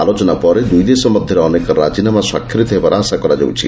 ଆଲୋଚନା ପରେ ଦୂଇ ଦେଶ ମଧ୍ୟରେ ଅନେକ ରାଜିନାମା ସ୍ୱାକ୍ଷରିତ ହେବାର ଆଶା କରାଯାଉଛି